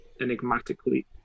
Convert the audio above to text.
Enigmatically